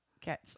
catch